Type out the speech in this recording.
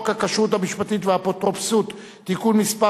הכשרות המשפטית והאפוטרופסות (תיקון מס'